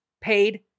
paid